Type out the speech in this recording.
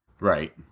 Right